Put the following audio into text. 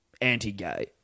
Anti-gay